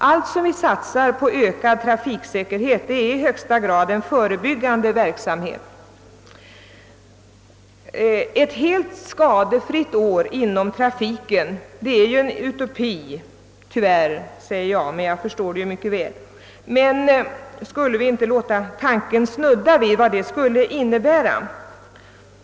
Allt som vi satsar på ökad trafiksäkerhet är i högsta grad en förebyggande verksamhet: Ett helt skadefritt år inom trafiken är tyvärr en utopi. Men skulle vi inte kunna låta tanken snudda vid vad det skulle innebära.